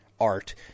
art